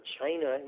China